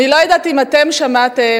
אני לא יודעת אם אתם שמעתם,